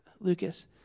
Lucas